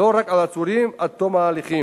ולא רק על עצורים עד תום ההליכים,